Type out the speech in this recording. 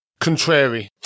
contrary